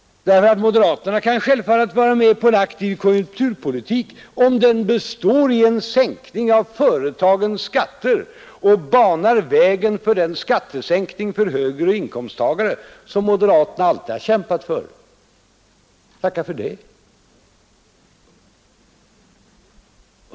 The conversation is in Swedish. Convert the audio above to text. Moderaterna kan självfallet vara med på en aktiv konjunkturpolitik, om den nämligen består i en sänkning av företagens skatter och banar väg för den skattesänkning för högre inkomsttagare som moderaterna alltid har kämpat för. Tacka för det!